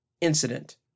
incident